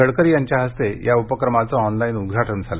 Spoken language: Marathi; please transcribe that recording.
गडकरी यांच्या हस्ते या उपक्रमाचं ऑनलाईन उद्घाटन झालं